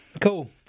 Cool